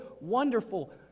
wonderful